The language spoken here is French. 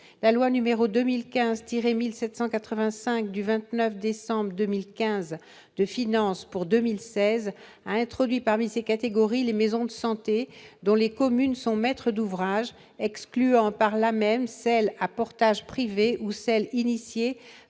La loi n° 2015-1785 du 29 décembre 2015 de finances pour 2016 a introduit parmi ces catégories les maisons de santé dont les communes sont maîtres d'ouvrage, excluant par là même celles dont le portage est privé ou qui sont initiées